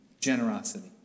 Generosity